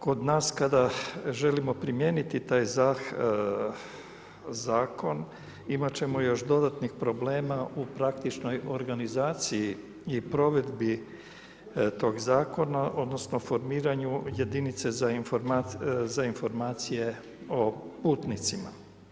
Kod nas kada želimo primijeniti taj zakon imat ćemo još dodatnih problema u praktičnoj organizaciji i provedbi tog zakona odnosno formiranju jedinice za informacije o putnicima.